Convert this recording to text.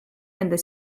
nende